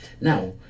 Now